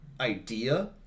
idea